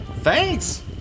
thanks